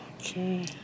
Okay